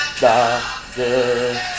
doctor